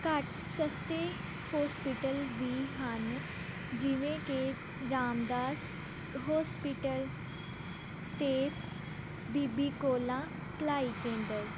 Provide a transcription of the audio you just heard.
ਘੱਟ ਸਸਤੇ ਹੋਸਪੀਟਲ ਵੀ ਹਨ ਜਿਵੇਂ ਕਿ ਰਾਮਦਾਸ ਹੋਸਪਿਟਲ ਅਤੇ ਬੀਬੀ ਕੌਲਾਂ ਭਲਾਈ ਕੇਂਦਰ